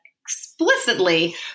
explicitly